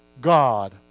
God